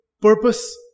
purpose